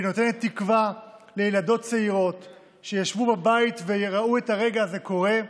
והיא נותנת תקווה לילדות צעירות שישבו בבית וראו את הרגע הזה קורה,